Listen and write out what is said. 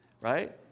right